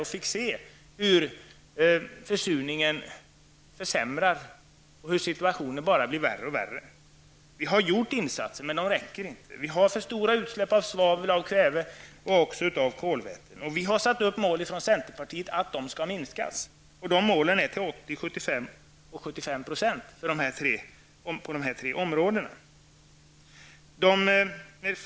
Vi fick se hur försurningen försämrar och hur situationen bara blir värre och värre. Vi har gjort insatser, men de räcker inte. Vi har för stora utsläpp av svavel, kväve och även av kolväten. Vi i centerpartiet har satt upp som mål att de skall minskas till 80 %, 75 % och 75 % på dessa tre områden.